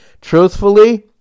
truthfully